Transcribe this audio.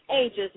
ages